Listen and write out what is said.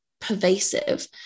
pervasive